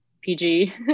PG